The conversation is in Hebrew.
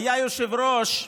אם אני זוכר נכון, היה יושב-ראש,